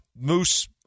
Moose